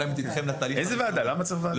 איפה נולדה הוועדה?